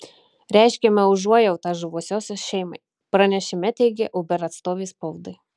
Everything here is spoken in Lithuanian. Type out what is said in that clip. reiškiame užuojautą žuvusiosios šeimai pranešime teigė uber atstovė spaudai